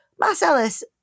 Marcellus